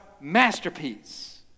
masterpiece